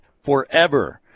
forever